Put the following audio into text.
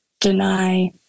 deny